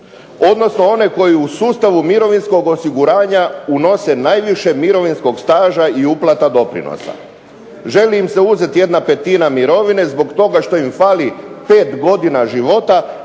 odnosno one koji u sustavu mirovinskog osiguranja unose najviše mirovinskog staža i uplate doprinosa. Želi im se uzeti jedna petina mirovine zbog toga što im fali 5 godina života,